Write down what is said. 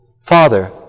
Father